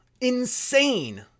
insane